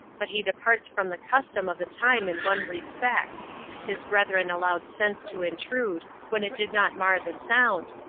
but he departs from the custom of the time in one respect his brethren allowed sense to intrude when it did not mar the sound,